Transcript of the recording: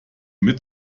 mit